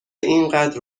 اینقدر